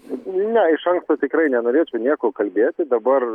ne iš anksto tikrai nenorėčiau nieko kalbėti dabar